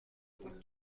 بود